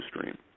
stream